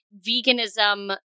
veganism